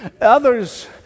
Others